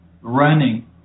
running